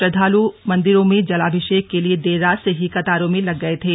श्रद्धालु मंदिरों में जलाभिषेक के लिए देर रात से ही कतारों में लग गए थे